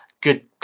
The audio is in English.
good